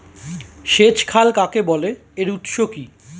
সেচ খাল কাকে বলে এর উৎস কি?